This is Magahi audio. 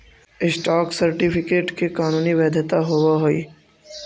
स्टॉक सर्टिफिकेट के कानूनी वैधता होवऽ हइ